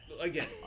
again